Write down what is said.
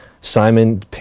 simon